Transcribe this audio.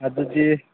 ꯑꯗꯨꯗꯤ